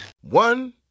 One